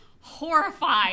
horrified